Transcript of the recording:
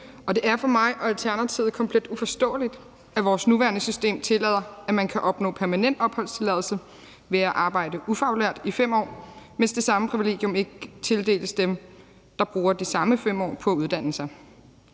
Det er for mig og Alternativet komplet uforståeligt, at vores nuværende system tillader, at man kan opnå permanent opholdstilladelse ved at arbejde ufaglært i 5 år, hvis det samme privilegium ikke tildeles dem, der bruger de samme 5 år på at uddanne sig.